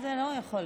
זה לא יכול להיות.